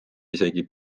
isegi